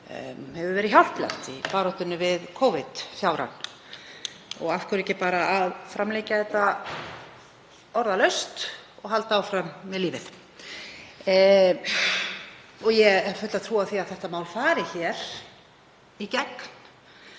hefur verið hjálplegt í baráttunni við Covid-fjárann. Og af hverju ekki bara að framlengja þetta orðalaust og halda áfram með lífið? Ég hef fulla trú á því að þetta mál fari í gegn,